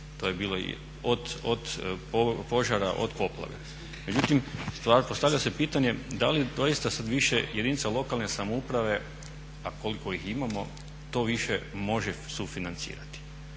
To je bilo od požara, od poplave. Međutim, postavlja se pitanje da li doista sada više jedinica lokalne samouprave a koliko ih imamo to više može sufinancirati.